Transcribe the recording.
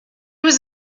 was